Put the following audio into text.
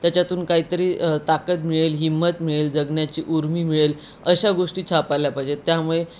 त्याच्यातून काहीतरी ताकद मिळेल हिम्मत मिळेल जगण्याची उर्मी मिळेल अशा गोष्टी छापल्या पाहिजेत त्यामुळे